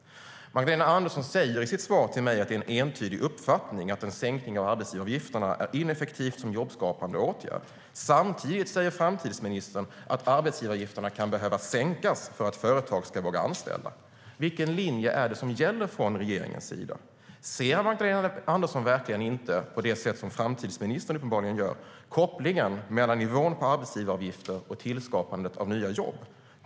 Magdalena Andersson säger i sitt svar till mig att det är en entydig uppfattning att en sänkning av arbetsgivaravgifterna är ineffektiv som jobbskapande åtgärd. Samtidigt säger framtidsministern att arbetsgivaravgifterna kan behöva sänkas för att företag ska våga anställa. Vilken linje är det som gäller från regeringens sida? Ser Magdalena Andersson verkligen inte, på det sätt framtidsministern uppenbarligen gör, kopplingen mellan nivån på arbetsgivaravgifter och tillskapandet av nya jobb?